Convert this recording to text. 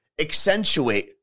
Accentuate